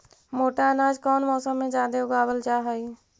मोटा अनाज कौन मौसम में जादे उगावल जा हई?